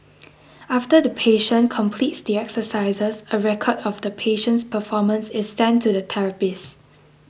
after the patient completes the exercises a record of the patient's performance is sent to the therapist